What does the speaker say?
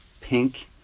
pink